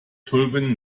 tulpen